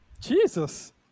Jesus